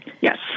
Yes